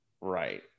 Right